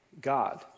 God